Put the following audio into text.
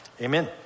Amen